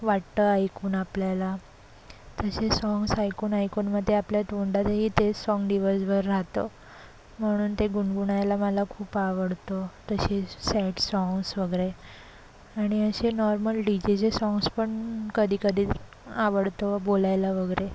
वाटतं ऐकून आपल्याला तसे साँग्स ऐकून ऐकून मग ते आपल्या तोंडातही तेच साँग दिवसभर राहतं म्हणून ते गुणगुणायला मला खूप आवडतो तसे सॅड साँग्स वगैरे आणि असे नॉर्मल डी जेचे साँग्स पण कधी कधी आवडतो बोलायला वगैरे